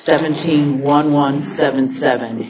seventeen one one seven